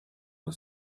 the